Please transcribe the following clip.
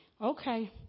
Okay